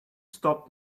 stop